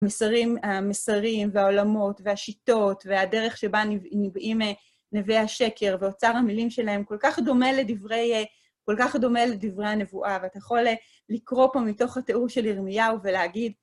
המסרים והעולמות והשיטות והדרך שבה נביאים, נביאי השקר ואוצר המילים שלהם כל כך דומה לדברי הנבואה, ואתה יכול לקרוא פה מתוך התיאור של ירמיהו ולהגיד...